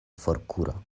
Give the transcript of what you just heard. forkuro